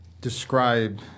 describe